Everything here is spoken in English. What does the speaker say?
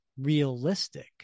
realistic